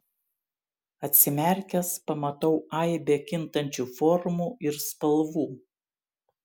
atsimerkęs pamatau aibę kintančių formų ir spalvų